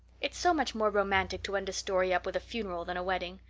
it's so much more romantic to end a story up with a funeral than a wedding.